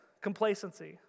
Complacency